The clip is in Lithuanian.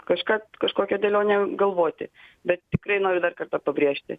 kažką kažkokią dėlionę galvoti bet tikrai noriu dar kartą pabrėžti